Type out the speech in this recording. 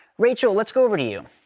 rachel, let's go over to you.